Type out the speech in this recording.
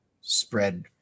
spread